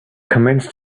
commenced